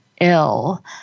ill